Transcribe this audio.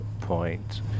point